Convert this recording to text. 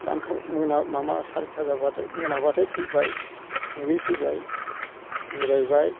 दानखां मोना माबा सारिथा जाबाथाय मोनाबाथाय फैबाय दुगैफैबाय जिरायबाय